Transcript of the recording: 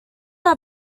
are